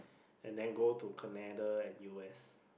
and then go to Canada and u_s